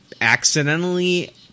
accidentally